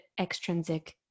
extrinsic